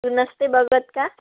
तू नसते बघत का